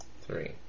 three